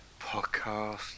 Podcast